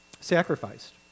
sacrificed